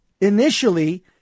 initially